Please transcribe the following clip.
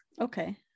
okay